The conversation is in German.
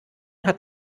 hat